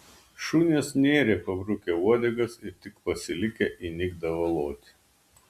šunes nėrė pabrukę uodegas ir tik pasilikę įnikdavo loti